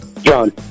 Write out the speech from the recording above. John